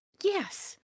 yes